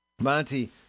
Monty